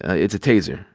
ah it's a taser,